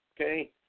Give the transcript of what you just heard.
Okay